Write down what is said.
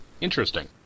Interesting